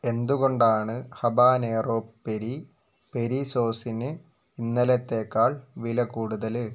എന്തുകൊണ്ടാണ് habanero peri peri സോസിനു ഇന്നലെത്തേക്കാൾ വിലക്കൂടുതൽ